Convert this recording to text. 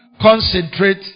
concentrate